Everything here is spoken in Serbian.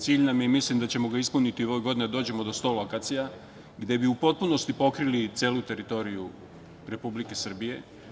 Cilj nam je i mislim da ćemo ga ispuniti da u ovoj godini dođemo do 100 lokacija gde bi u potpunosti pokrili celu teritoriju Republike Srbije.